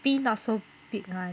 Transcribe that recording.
bee not so big [one]